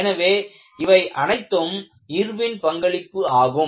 எனவே இவை அனைத்தும் இர்வின் பங்களிப்பு ஆகும்